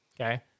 Okay